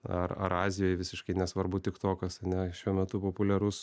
ar ar azijoj visiškai nesvarbu tiktokas ane šiuo metu populiarus